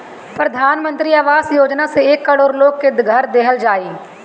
प्रधान मंत्री आवास योजना से एक करोड़ लोग के घर देहल जाई